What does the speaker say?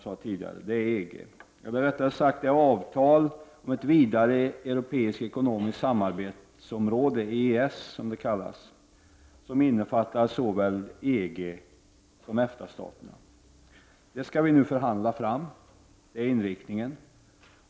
Rättare sagt, skall ett avtal om ett vidare europeiskt ekonomiskt samarbete, EES, som innefattar såväl EG som EFTA-staterna, nu förhandlas fram.